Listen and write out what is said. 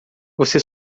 você